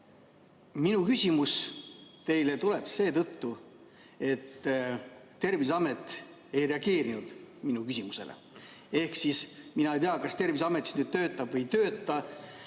Minu küsimus teile tuleb seetõttu, et Terviseamet ei reageerinud minu küsimusele. Ehk siis mina ei tea, kas Terviseamet töötab või ei tööta.